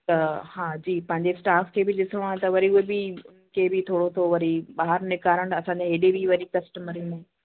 त हा जी पंहिंजे स्टाफ़ खे बि ॾिसणो आहे त वरी उहे बि के बि थोरो सो वरी ॿाहिरि निकारणु असांजे हेॾे बि वरी कस्टमर हूं